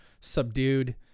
subdued